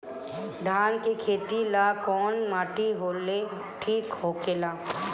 धान के खेती ला कौन माटी ठीक होखेला?